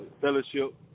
fellowship